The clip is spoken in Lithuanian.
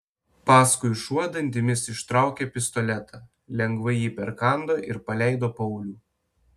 paskui šuo dantimis ištraukė pistoletą lengvai jį perkando ir paleido paulių